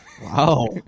Wow